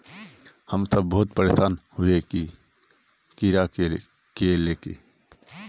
हम सब बहुत परेशान हिये कीड़ा के ले के?